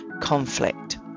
conflict